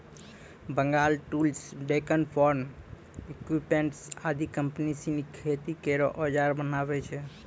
Bengal tools, Deccan farm equipments आदि company सिनी खेती केरो औजार बनावै छै